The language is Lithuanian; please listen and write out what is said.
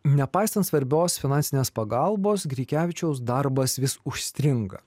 nepaisant svarbios finansinės pagalbos grikevičiaus darbas vis užstringa